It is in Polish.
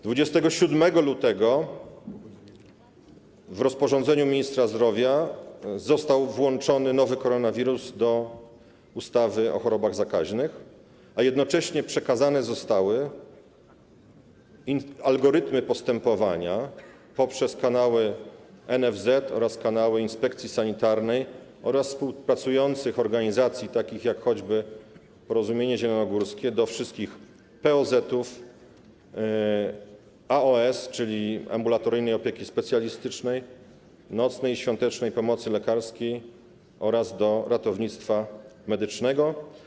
27 lutego w rozporządzeniu ministra zdrowia nowy koronawirus został włączony do ustawy o chorobach zakaźnych, a jednocześnie przekazane zostały algorytmy postępowania - poprzez kanały NFZ oraz kanały inspekcji sanitarnej i współpracujących organizacji, takich jak choćby Porozumienie Zielonogórskie - do wszystkich POZ, AOS, czyli ambulatoryjnej opieki specjalistycznej, nocnej i świątecznej pomocy lekarskiej oraz do ratownictwa medycznego.